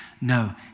No